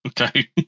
Okay